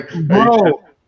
Bro